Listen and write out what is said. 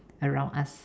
around us